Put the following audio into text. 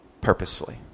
purposefully